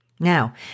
Now